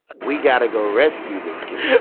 we got to go rescue this kid.